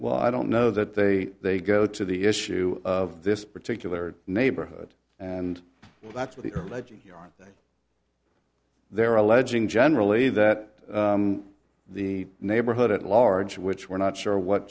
well i don't know that they they go to the issue of this particular neighborhood and that's what the early on there are alleging generally that the neighborhood at large which we're not sure what